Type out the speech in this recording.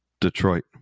Detroit